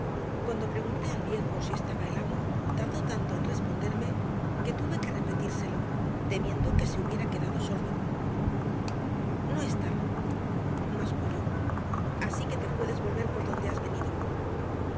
cuando pregunté al viejo si estaba el amo tardó tanto en responderme que tuve que repetírselo temiendo que se hubiera quedado sordo no está masculló así que te puedes volver por donde has venido